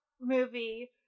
movie